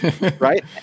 right